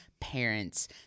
parents